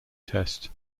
test